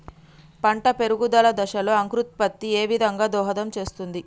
పంట పెరుగుదల దశలో అంకురోత్ఫత్తి ఏ విధంగా దోహదం చేస్తుంది?